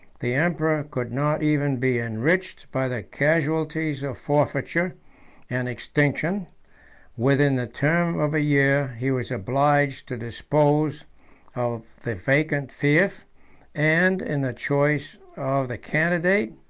the emperor could not even be enriched by the casualties of forfeiture and extinction within the term of a year, he was obliged to dispose of the vacant fief and, in the choice of the candidate,